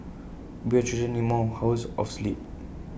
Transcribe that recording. babies children need more hours of sleep